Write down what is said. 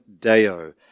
Deo